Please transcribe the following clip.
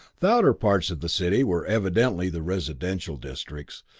the outer parts of the city were evidently the residential districts,